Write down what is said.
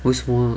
为什么